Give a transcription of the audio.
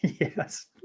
yes